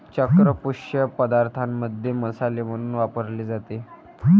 चक्र पुष्प पदार्थांमध्ये मसाले म्हणून वापरले जाते